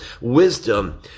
wisdom